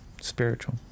spiritual